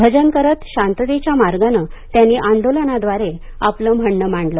भजन करत शांततेच्या मार्गाने त्यांनी आंदोलनाद्वारे आपलं म्हणणं मांडलं